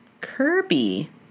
kirby